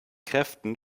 kräften